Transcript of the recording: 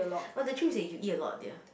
oh the truth is that you eat a lot dear